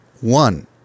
one